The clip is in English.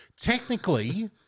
Technically